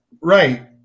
Right